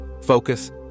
focus